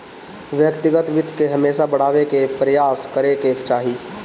व्यक्तिगत वित्त के हमेशा बढ़ावे के प्रयास करे के चाही